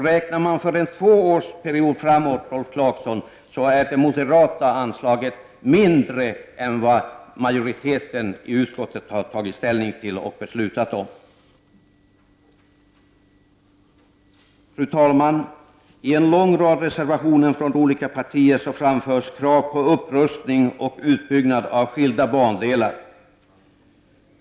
Räknar vi för en tvåårsperiod framåt, Rolf Clarkson, så är det moderata anslaget mindre än vad majoriteten i utskottet har föreslagit. Fru talman! I en lång rad reservationer från olika partier framförs krav på upprustning och utbyggnad av skilda bandelar.